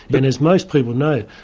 and as most people know,